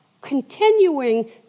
continuing